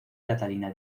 catalina